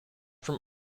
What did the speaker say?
from